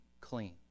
clean